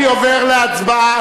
אני עובר להצבעה.